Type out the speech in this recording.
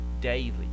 daily